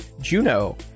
Juno